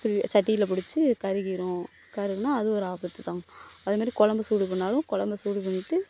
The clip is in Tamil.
சி சட்டியில் பிடிச்சி கருகிரும் கருகினா அது ஒரு ஆபத்து தான் அதுமாரி குலம்பு சூடு பண்ணாலும் குலம்ப சூடு பண்ணிவிட்டு